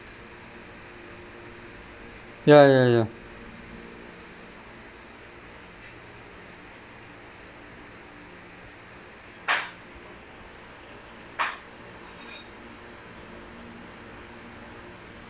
ya ya ya